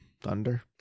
Thunder